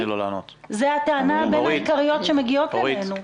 זו אחת הטענות העיקריות שמגיעות אלינו.